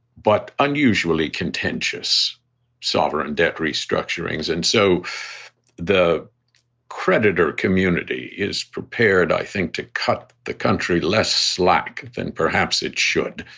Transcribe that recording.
but unusually contentious sovereign debt restructurings. and so the creditor community is prepared, i think, to cut. the country less slack than perhaps it should.